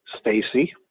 Stacy